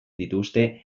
dituzte